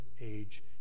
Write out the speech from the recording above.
age